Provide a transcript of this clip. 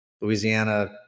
Louisiana